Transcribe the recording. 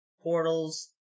Portals